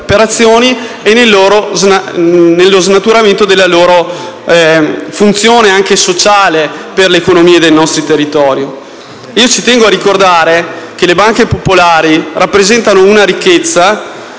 e lo snaturamento della loro funzione, anche sociale, per l'economia dei nostri territori. Tengo a ricordare che le banche popolari rappresentano una ricchezza